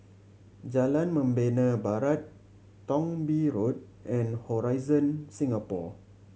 Jalan Membina Barat Thong Bee Road and Horizon Singapore